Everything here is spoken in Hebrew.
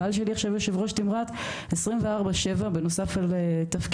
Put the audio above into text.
הבעל שלי עכשיו יושב ראש תמרת 24/7 בנוסף על תפקידו,